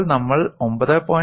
ഇപ്പോൾ നമ്മൾ 9